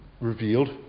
Revealed